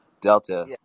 Delta